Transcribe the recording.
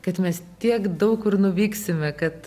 kad mes tiek daug kur nuvyksime kad